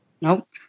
Nope